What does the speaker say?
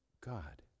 God